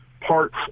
parts